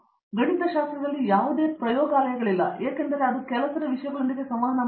ಅರಂದಾಮ ಸಿಂಗ್ ನಂತರ ಗಣಿತಶಾಸ್ತ್ರದಲ್ಲಿ ಯಾವುದೇ ಪ್ರಯೋಗಾಲಯಗಳಿಲ್ಲ ಏಕೆಂದರೆ ಅವರು ಕೆಲಸದ ವಿಷಯಗಳೊಂದಿಗೆ ಸಂವಹನ ಮಾಡಬಹುದು